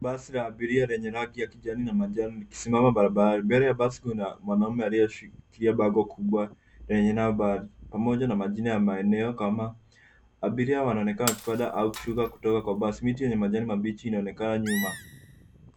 Basi la abiria lenye rangi ya kijani na manjano likisimama barabarani. Mbele ya basi kuna mwanaume aliyeshikilia bango kubwa lenye namba pamoja na majina ya maeneo kadha. Abiria wanaonekana wakipanda au kushuka kutoka kwa basi. Miti yenye majani mabichi inaonekana nyuma.